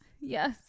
Yes